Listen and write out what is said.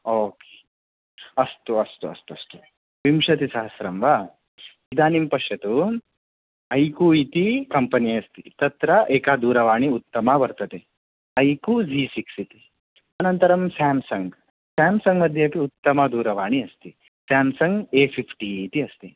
okay अस्तु अस्तु अस्तु अस्तु विंशतिसहस्रं वा इदानीं पश्यतु ऐकू इति कम्पेनी अस्ति तत्र एका दूरवाणी उत्तमा वर्तते ऐकू जि सिक्स् इति अनन्तरं सेम्सङ्ग् सेम्सङ्ग् मध्येऽपि उत्तमादूरवाणी अस्ति सेम्सङ्ग् ए सिक्स्टि इति अस्ति